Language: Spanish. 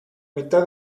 mitad